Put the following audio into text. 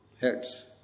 heads